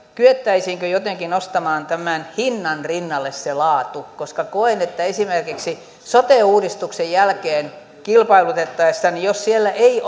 kyettäisiinkö jotenkin nostamaan tämän hinnan rinnalle se laatu koska koen että esimerkiksi sote uudistuksen jälkeen kilpailutettaessa jos siellä ei